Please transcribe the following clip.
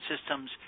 systems